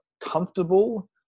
comfortable